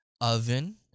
oven